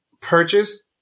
Purchase